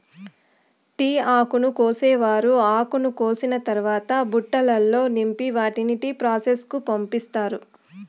tea ఆకును కోసేవారు ఆకును కోసిన తరవాత బుట్టలల్లో నింపి వాటిని టీ ప్రాసెస్ కు పంపిత్తారు